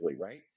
right